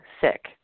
sick